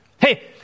Hey